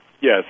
Yes